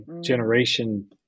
generation